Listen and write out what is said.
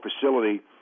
facility